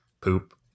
poop